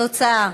התוצאה: